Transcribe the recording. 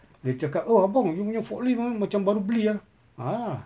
dia cakap oh abang you punya forklift ah macam baru beli ah